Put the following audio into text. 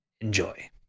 enjoy